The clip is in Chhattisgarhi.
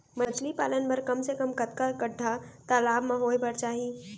मछली पालन बर कम से कम कतका गड्डा तालाब म होये बर चाही?